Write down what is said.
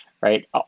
right